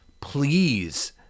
please